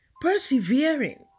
persevering